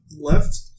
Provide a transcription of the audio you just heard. left